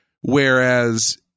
whereas